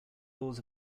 laws